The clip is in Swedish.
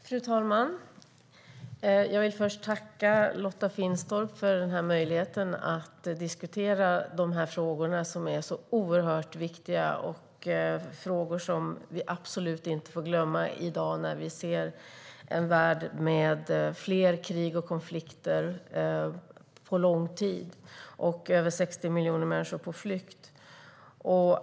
Fru talman! Jag vill tacka Lotta Finstorp för möjligheten att diskutera de här viktiga frågorna, som vi absolut inte får glömma. Vi har i dag en värld med fler krig och konflikter än på länge. Över 60 miljoner människor är på flykt.